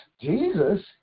Jesus